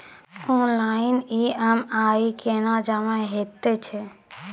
Online EMI कूना जमा हेतु छै?